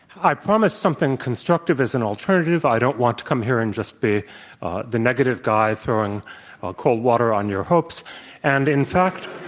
i promised something constructive as an alternative. i don't want to come here and just be the negative guy throwing cold water on your hopes and in fact